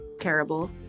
terrible